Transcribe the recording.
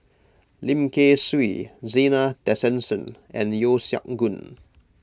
Lim Kay Siu Zena Tessensohn and Yeo Siak Goon